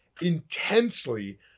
intensely